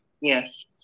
Yes